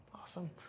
Awesome